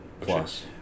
plus